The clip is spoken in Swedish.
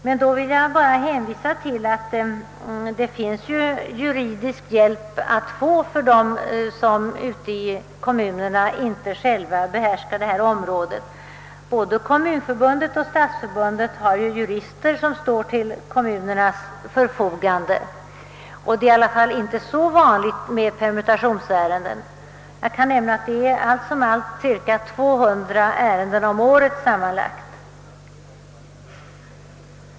Jag vill bara hänvisa till att det finns juridisk hjälp att få för dem ute i kommunerna som inte själva behärskar detta område. Både Kommunförbundet och Stadsförbundet har jurister som står till kommunernas förfogande. Det är i alla fall inte så vanligt med permutationsärenden att det bör bli någon större belastning. Jag kan nämna att det gäller sammanlagt cirka 200 ärenden om året.